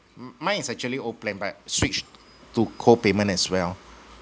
m~ my is actually old plan but switch to co payment as well